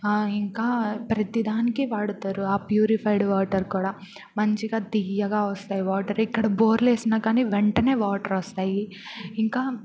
ఇంకా ప్రతిదానికి వాడతారు ఆ ప్యూరిఫైడ్ వాటర్ కూడా మంచిగా తీయగా వస్తాయి వాటర్ ఇక్కడ బోర్లేసినా కానీ వెంటనే వాటర్ వస్తాయి ఇంకా